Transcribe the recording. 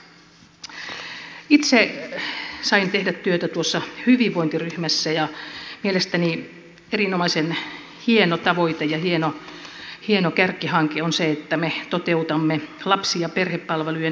itse sain tehdä työtä tuossa hyvinvointiryhmässä ja mielestäni erinomaisen hieno tavoite ja hieno kärkihanke on se että me toteutamme lapsi ja perhepalvelujen muutosohjelman